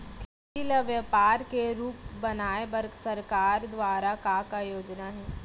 खेती ल व्यापार के रूप बनाये बर सरकार दुवारा का का योजना हे?